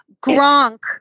Gronk